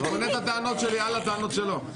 אני בונה את הטענות שלי על הטענות שלו.